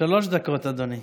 שלוש דקות, אדוני.